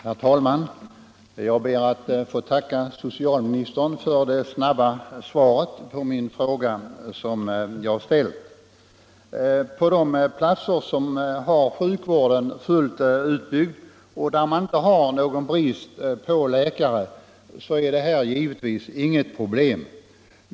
Herr talman! Jag ber att få tacka socialministern för det snabba svaret — Om maximeringen på den fråga som jag ställt. av läkares ersätt På de platser där sjukvården är fullt utbyggd och där det inte råder = ning för patientbenågon brist på läkare är detta givetvis inget problem.